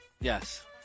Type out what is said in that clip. Yes